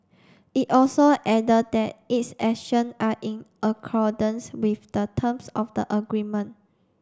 it also added that its action are in accordance with the terms of the agreement